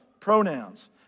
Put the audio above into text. pronouns